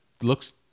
looks